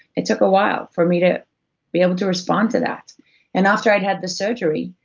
it took a while for me to be able to respond to that and after i'd had the surgery,